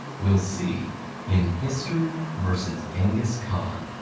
we'll see in history vs. genghis khan.